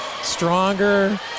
stronger